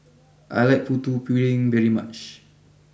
I like Putu Piring very much